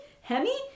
Hemi